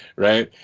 right.